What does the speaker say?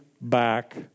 back